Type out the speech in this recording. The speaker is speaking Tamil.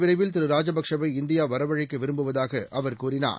விரைவில் திருராஜபக்சேவை கூடிய இந்தியாவரவழைக்கவிரும்புவதாகஅவர் கூறினார்